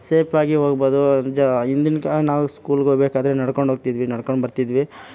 safe ಆಗಿ ಹೋಗ್ಬೋದು ಹಿಂದಿನ ಕಾಲ ನಾವು ಸ್ಕೂಲ್ಗೆ ಹೋಗ್ಬೇಕಾದ್ರೆ ನಡ್ಕೊಂಡು ಹೋಗ್ತಿದ್ವಿ ನಡ್ಕೊಂಡು ಬರ್ತಿದ್ವಿ